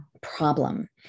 problem